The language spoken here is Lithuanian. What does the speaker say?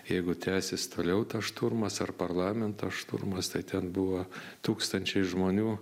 jeigu tęsis toliau tas šturmas ar parlamento šturmas tai ten buvo tūkstančiai žmonių